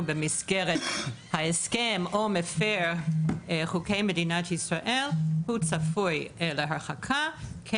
במסגרת ההסכם או מפר את חוקי מדינת ישראל הוא צפוי להרחקה כן